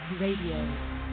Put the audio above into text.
Radio